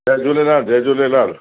जय झूलेलाल जय झूलेलाल